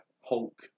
Hulk